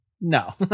No